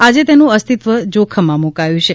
આજે તેનું અસ્તિત્વ જોખમમાં મુકાયું છે